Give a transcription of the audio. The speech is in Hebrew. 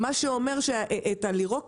ברור לנו שיש שקלול תמורות בין עידוד התחרות,